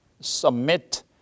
submit